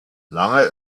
lange